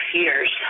years